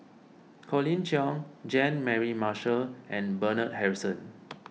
Colin Cheong Jean Mary Marshall and Bernard Harrison